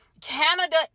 Canada